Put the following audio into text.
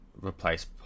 replace